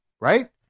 Right